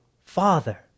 Father